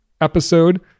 episode